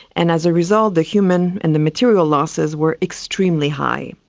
and as a result the human and the material losses were extremely high.